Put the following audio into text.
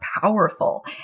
powerful